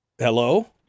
Hello